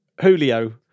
julio